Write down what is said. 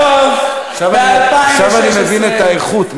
ובסוף, עכשיו, ב-2016, עכשיו אני מבין את האיכות.